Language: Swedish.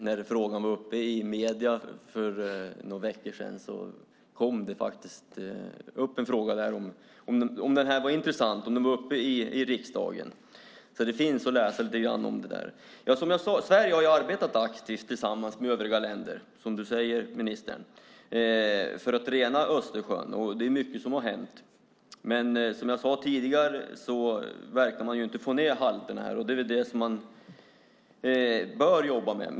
När frågan var uppe i medierna för några veckor sedan kom det faktiskt upp en fråga där om detta var intressant och om det togs upp i riksdagen. Det finns lite grann att läsa om det. Som jag sade och som ministern också säger har Sverige arbetat aktivt tillsammans med övriga länder för att rena Östersjön. Det är mycket som har hänt. Som jag sade tidigare verkar man inte få ned halterna. Det är väl det man bör jobba med.